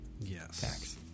Yes